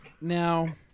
Now